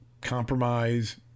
compromise